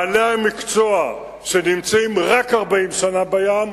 בעלי המקצוע שנמצאים "רק" 40 שנה בים,